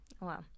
wow